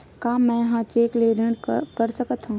का मैं ह चेक ले ऋण कर सकथव?